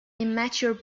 immature